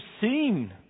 seen